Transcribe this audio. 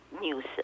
news